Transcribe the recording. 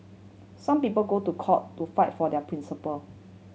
some people go to court to fight for their principle